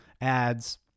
ads